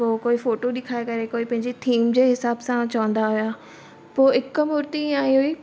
पोइ कोई फ़ोटू ॾेखारे करे कोई पंहिंजी थीम जे हिसाब सां चवंदा हुया पोइ हिकु मूर्ती ईअं आई हुई